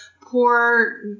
poor